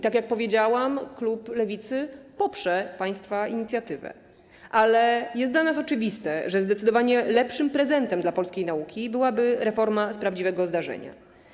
Tak jak powiedziałam, klub Lewicy poprze państwa inicjatywę, ale jest dla nas oczywiste, że zdecydowanie lepszym prezentem dla polskiej nauki byłaby reforma z prawdziwego zdarzenia.